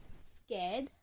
scared